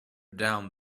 down